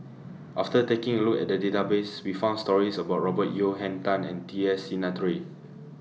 after taking A Look At The Database We found stories about Robert Yeo Henn Tan and T S Sinnathuray